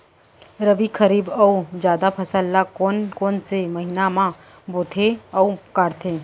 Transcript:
रबि, खरीफ अऊ जादा फसल ल कोन कोन से महीना म बोथे अऊ काटते?